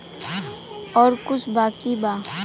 और कुछ बाकी बा?